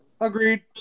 Agreed